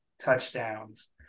touchdowns